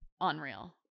unreal